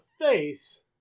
face